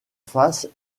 face